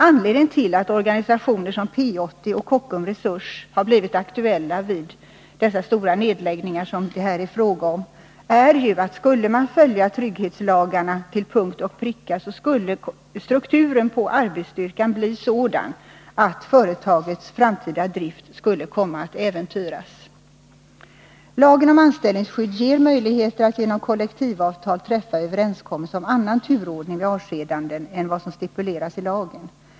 Anledningen till att organisationer som P 80 och Kockum Resurs har blivit aktuella vid de stora nedläggningar som det här gäller är ju att om man till punkt och pricka följde trygghetslagarna skulle strukturen på arbetsstyrkan bli sådan, att företagets framtida drift skulle komma att äventyras. Lagen om anställningsskydd ger möjligheter att genom kollektivavtal träffa överenskommelse om annan turordning vid avskedanden än vad som stipulerasi lagen.